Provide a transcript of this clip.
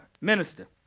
Minister